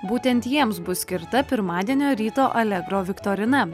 būtent jiems bus skirta pirmadienio ryto allegro viktorina